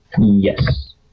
Yes